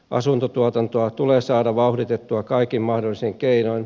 asuntotuotantoa tulee saada vauhditettua kaikin mahdollisin keinoin